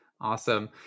Awesome